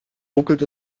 ruckelt